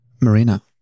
marina